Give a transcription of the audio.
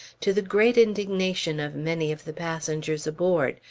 to the great indignation of many of the passengers aboard,